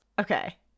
okay